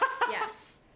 Yes